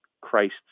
Christ's